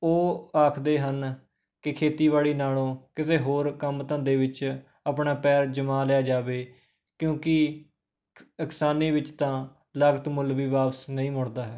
ਉਹ ਆਖਦੇ ਹਨ ਕਿ ਖੇਤੀਬਾੜੀ ਨਾਲੋਂ ਕਿਸੇ ਹੋਰ ਕੰਮ ਧੰਦੇ ਵਿੱਚ ਆਪਣਾ ਪੈਰ ਜਮਾ ਲਿਆ ਜਾਵੇ ਕਿਉਂਕਿ ਕ ਅ ਕਿਸਾਨੀ ਵਿੱਚ ਤਾਂ ਲਾਗਤ ਮੁੱਲ ਵੀ ਵਾਪਸ ਨਹੀਂ ਮੁੜਦਾ ਹੈ